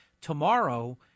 tomorrow